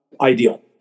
ideal